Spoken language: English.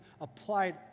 applied